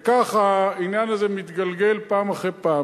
וכך העניין הזה מתגלגל פעם אחרי פעם.